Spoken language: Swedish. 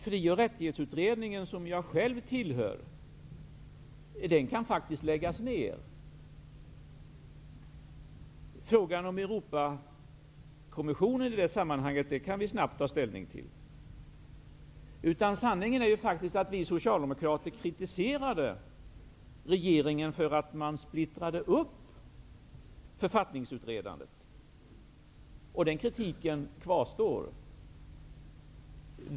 Frioch rättighetsutredningen, som jag själv sitter i, kan faktiskt läggas ner. Vi kan snabbt ta ställning till frågan om Europakonventionen. Sanningen är den att vi socialdemokrater kritiserade regeringen för att splittra upp författningsutredandet. Den kritiken kvarstår.